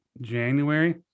January